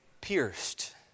pierced